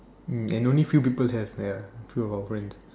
mm and only few people have ya few of our friends